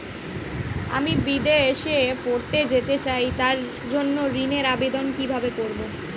আমি বিদেশে পড়তে যেতে চাই তার জন্য ঋণের আবেদন কিভাবে করব?